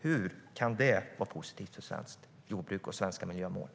Hur kan det vara positivt för svenskt jordbruk och svenska miljömål?